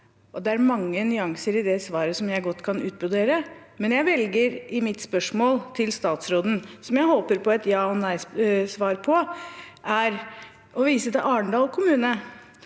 det er mange nyanser i det svaret som jeg godt kan utbrodere. Likevel velger jeg i mitt spørsmål til statsråden – som jeg håper på et ja/nei-svar på – å vise til Arendal kommune,